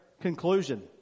conclusion